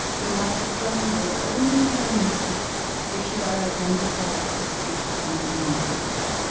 your microphone will only be unmuted if you are identified to speak by the moderator.